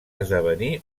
esdevenir